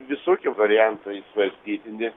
visokie variantai svarstytini